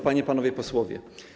Panie i Panowie Posłowie!